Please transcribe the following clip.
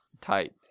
type